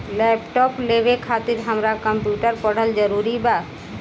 Laptop लेवे खातिर हमरा कम्प्युटर पढ़ल जरूरी बा?